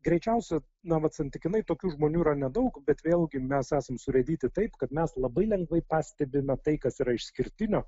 greičiausia na vat santykinai tokių žmonių yra nedaug bet vėlgi mes esam surėdyti taip kad mes labai lengvai pastebime tai kas yra išskirtinio